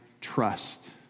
trust